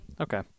Okay